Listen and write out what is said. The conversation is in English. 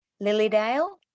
Lilydale